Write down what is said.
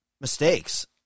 mistakes